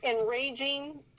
enraging